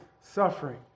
suffering